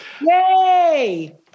Yay